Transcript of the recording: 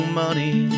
money